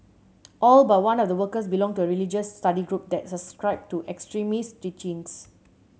all but one of the workers belonged to a religious study group that subscribed to extremist teachings